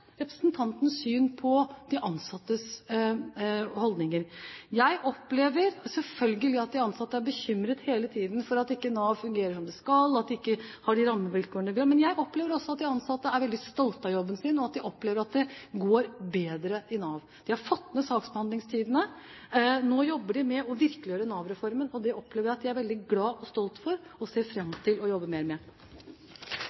representantens syn på de ansattes holdninger. Jeg opplever selvfølgelig at de ansatte hele tiden er bekymret for at ikke Nav fungerer som det skal, at det ikke har de rammevilkårene de skal ha. Men jeg opplever også at de ansatte er veldig stolte av jobben sin, og at de opplever at det går bedre i Nav. De har fått ned saksbehandlingstidene, og nå jobber de med å virkeliggjøre Nav-reformen. Det opplever jeg at de er veldig glade og stolte over, og ser